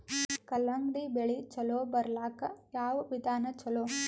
ಕಲ್ಲಂಗಡಿ ಬೆಳಿ ಚಲೋ ಬರಲಾಕ ಯಾವ ವಿಧಾನ ಚಲೋ?